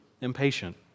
impatient